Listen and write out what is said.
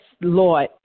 Lord